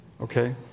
Okay